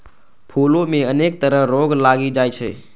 फूलो मे अनेक तरह रोग लागि जाइ छै